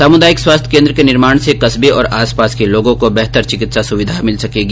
सामुदायिक स्वास्थ्य केन्द्र के निर्माण से कस्बे और आस पास के लोगों को बेहतर चिकित्सा सुविधा मिल सकेगी